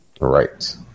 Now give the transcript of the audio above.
right